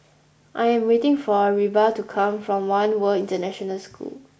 I am waiting for Reba to come from One World International School